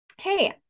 Hey